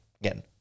again